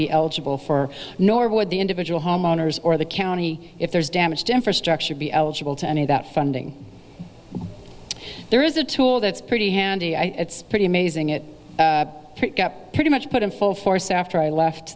be eligible for nor would the individual homeowners or the county if there's damage to infrastructure be eligible to any of that funding there is a tool that's pretty handy i pretty amazing it pretty much put in full force after i left